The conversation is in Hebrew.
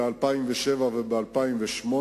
ב-2007 וב-2008.